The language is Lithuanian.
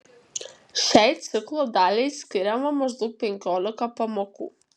šiai ciklo daliai skiriama maždaug penkiolika pamokų